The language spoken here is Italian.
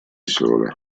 sole